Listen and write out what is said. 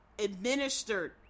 administered